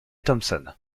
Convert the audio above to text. thompson